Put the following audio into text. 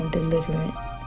deliverance